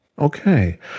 Okay